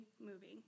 moving